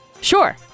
Sure